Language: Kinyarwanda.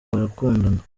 barakundana